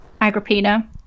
Agrippina